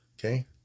Okay